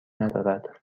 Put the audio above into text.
ندارد